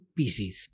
PCs